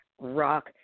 rock